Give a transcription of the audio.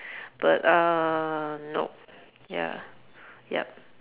but uh nope ya ya